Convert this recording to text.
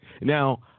Now